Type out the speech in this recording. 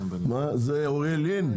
אוריאל לין,